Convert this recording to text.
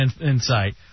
insight